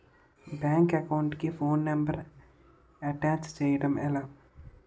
Bank account కి phone number attach చేయడం ఎలా?